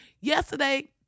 yesterday